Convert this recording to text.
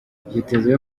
byitezwe